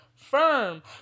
Firm